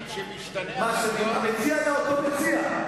כשמשתנה המציע, המציע היה אותו מציע.